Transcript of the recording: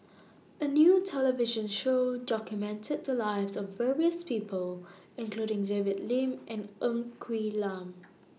A New television Show documented The Lives of various People including David Lim and Ng Quee Lam